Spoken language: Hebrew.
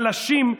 חלשים,